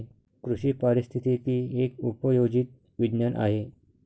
कृषी पारिस्थितिकी एक उपयोजित विज्ञान आहे